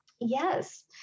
Yes